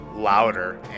Louder